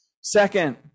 Second